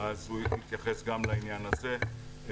אז הוא יתייחס גם לעניין הזה.